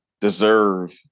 deserve